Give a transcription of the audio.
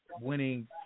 winning